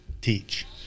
teach